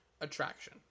attraction